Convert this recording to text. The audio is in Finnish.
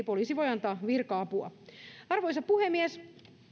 poliisi voi antaa virka apua arvoisa puhemies